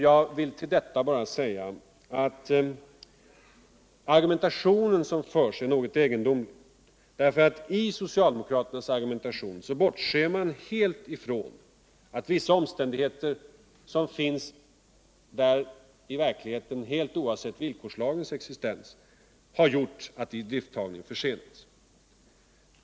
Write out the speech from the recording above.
Jag vill till detta bara säga att den argumentation som förs är något egendomlig. I sin argumentation bortser nämligen socialdemokraterna helt från att vissa omständigheter som finns i verkligheten, helt oavsett villkorslagens existens, har gjort att idrifttagningen försenats.